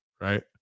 right